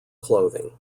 clothing